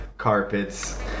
carpets